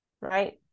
right